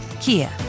Kia